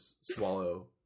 swallow